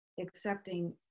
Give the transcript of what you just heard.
accepting